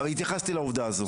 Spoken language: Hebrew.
התייחסתי לעובדה הזו.